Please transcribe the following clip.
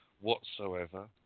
whatsoever